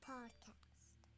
Podcast